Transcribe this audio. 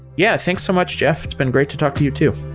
yeah, thanks so much, jeff. it's been great to talk to you too.